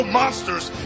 monsters